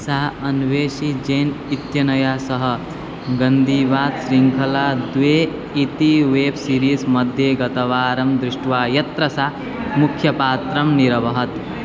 सा अन्वेषीजैन् इत्यनया सह गन्दीवात् शृङ्खला द्वे इति वेब् सीरीस्मध्ये गतवारं दृष्ट्वा यत्र सा मुख्यपात्रं निरवहत्